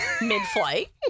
mid-flight